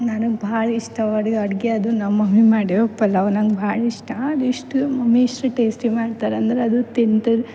ನನಗೆ ಭಾಳ ಇಷ್ಟವಾದ ಅಡುಗೆ ಅದು ನಮ್ಮ ಮಮ್ಮಿ ಮಾಡಿರೊ ಪಲಾವ್ ನಂಗೆ ಭಾಳ ಇಷ್ಟ ಅದು ಎಷ್ಟು ಮಮ್ಮಿ ಎಷ್ಟು ಟೇಸ್ಟಿ ಮಾಡ್ತಾರೆ ಅಂದ್ರೆ ಅದು ತಿಂತಾ